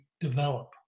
develop